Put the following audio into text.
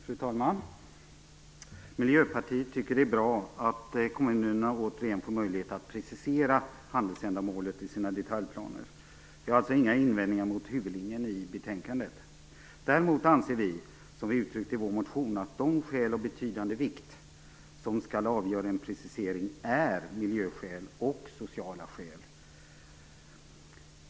Fru talman! Miljöpartiet tycker att det är bra att kommunerna återigen får möjlighet att precisera handelsändamålet i sina detaljplaner. Vi har alltså inga invändningar mot huvudlinjen i betänkandet. Däremot anser vi, som vi uttryckt i vår motion, att de skäl av betydande vikt som skall avgöra en precisering är miljöskäl och sociala skäl.